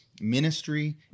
ministry